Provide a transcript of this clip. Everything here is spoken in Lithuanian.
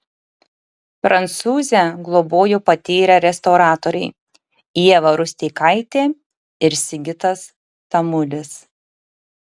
prancūzę globojo patyrę restauratoriai ieva rusteikaitė ir sigitas tamulis